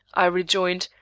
i rejoined,